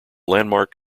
landmark